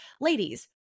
Ladies